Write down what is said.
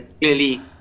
clearly